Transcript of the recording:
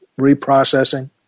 reprocessing